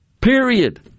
period